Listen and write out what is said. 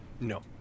no